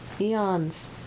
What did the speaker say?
Eons